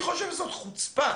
זאת חוצפה.